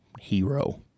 hero